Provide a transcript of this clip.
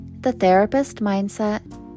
thetherapistmindset